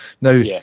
Now